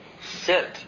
sit